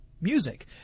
music